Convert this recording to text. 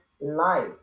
life